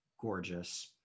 gorgeous